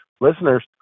listeners